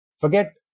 Forget